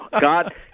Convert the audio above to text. God